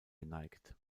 geneigt